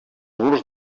murs